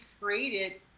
created